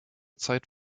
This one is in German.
zeit